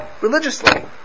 religiously